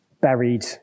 buried